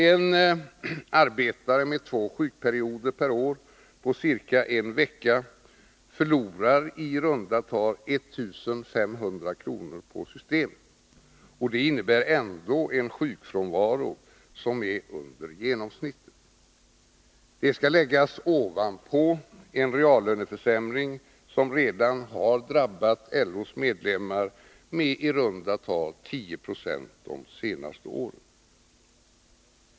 En arbetare med två sjukperioder per år på ca en vecka förlorar i runda tal 1 500 kr. på systemet — och det innebär ändå en sjukfrånvaro som är under genomsnittet. Detta skall läggas ovanpå en reallöneförsämring som redan har drabbat LO:s medlemmar med i runt tal 10 96 de senaste åren.